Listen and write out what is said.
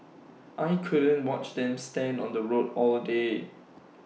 I couldn't watch them stand on the road all day